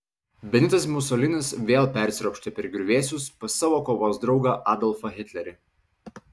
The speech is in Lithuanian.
benitas musolinis vėl persiropštė per griuvėsius pas savo kovos draugą adolfą hitlerį